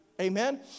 Amen